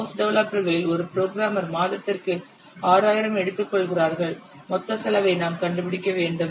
house டெவலப்பர்களில் ஒரு programmer மாதத்திற்கு 6000 எடுத்துக்கொள்கிறார்கள் மொத்த செலவை நாம் கண்டுபிடிக்க வேண்டும்